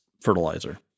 fertilizer